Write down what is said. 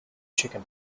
chicken